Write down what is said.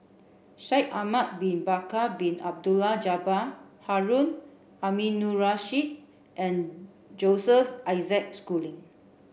Shaikh Ahmad bin Bakar Bin Abdullah Jabbar Harun Aminurrashid and Joseph Isaac Schooling